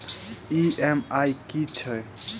EMI की छैक?